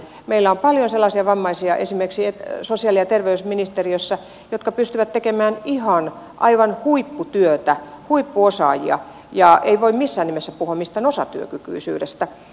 meillä on paljon sellaisia vammaisia esimerkiksi sosiaali ja terveysministeriössä jotka pystyvät tekemään ihan aivan huipputyötä huippuosaajia eikä voi missään nimessä puhua mistään osatyökykyisyydestä